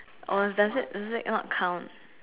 or does that does it not count